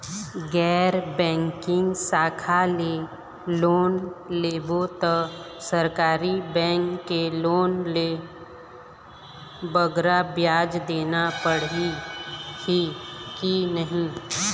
गैर बैंकिंग शाखा ले लोन लेबो ता सरकारी बैंक के लोन ले बगरा ब्याज देना पड़ही ही कि नहीं?